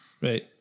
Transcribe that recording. Right